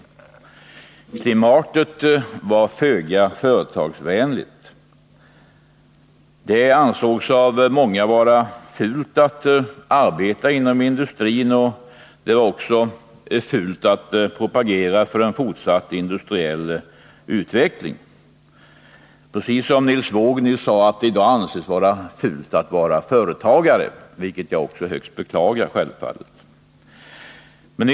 Klimatet var föga företagsvänligt. Det ansågs av många vara fult att arbeta inom industrin, och det var också fult att propagera för en fortsatt industriell utveckling — precis som Nils Erik Wååg nyss sade att det i dag anses vara fult att vara företagare, vilket också jag självfallet djupt beklagar.